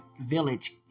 village